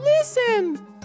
listen